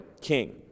king